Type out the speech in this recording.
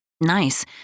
nice